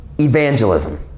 Evangelism